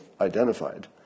identified